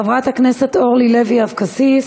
חברת הכנסת אורלי אבקסיס,